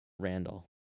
randall